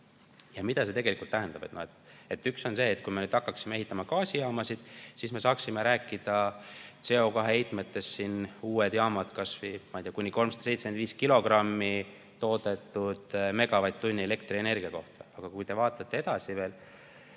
Mida see tegelikult tähendab? Kui me nüüd hakkaksime ehitama gaasijaamasid, siis me saaksime rääkida CO2heitmest, kui on uued jaamad, ma ei tea, kuni 375 kilogrammi toodetud megavatt-tunni elektrienergia kohta. Aga kui te vaatate edasi,